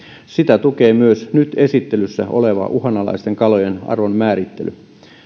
sitä tukee myös nyt esittelyssä oleva uhanalaisten kalojen arvon määrittely